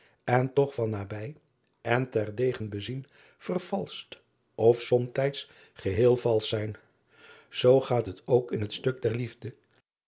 en toch van nabij en ter degen bezien vervalscht of somtijds geheel valsch zijn oo gaat het ook in het stuk der liefde